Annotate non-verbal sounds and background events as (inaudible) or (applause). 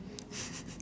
(breath)